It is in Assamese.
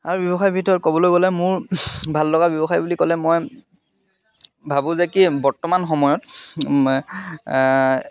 আৰু ব্যৱসায়ৰ ভিতৰত ক'বলৈ গ'লে মোৰ ভাল লগা ব্যৱসায় বুলি ক'লে মই ভাবোঁ যে কি বৰ্তমান সময়ত